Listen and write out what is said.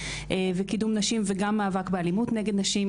וקידום נשים וגם מאבק באלימות נגד נשים.